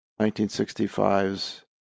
1965's